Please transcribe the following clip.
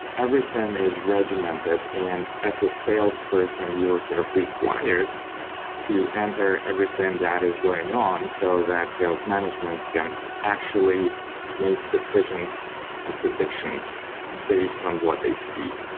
everything is regimented, and as a sales person, you're sort of required to enter everything that is going on so that sales management can actually make decisions and predictions based on what they see.